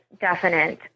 definite